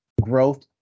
growth